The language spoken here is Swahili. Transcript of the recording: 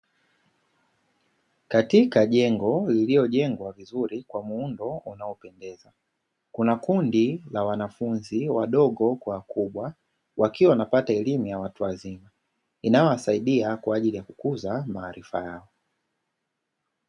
Katika jengo lililojengwa vizuri kwa muundo unaopendeza. Kuna kundi la wanafunzi wadogo kwa wakubwa, wakiwa wanapata elimu ya watu wazima, inayowasaidia kwaajili ya kukuza maarifa yao.